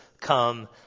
Come